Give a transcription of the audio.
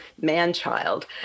man-child